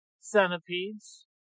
centipedes